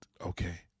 Okay